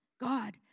God